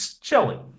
chili